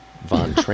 Von